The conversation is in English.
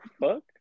fuck